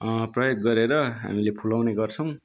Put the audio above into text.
प्रयोग गरेर हामीले फुलाउने गर्छौँ